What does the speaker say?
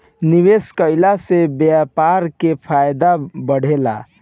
निवेश कईला से व्यापार के फायदा बढ़ेला